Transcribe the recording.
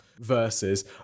versus